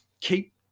keep